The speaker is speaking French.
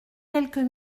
quelques